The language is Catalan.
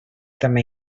també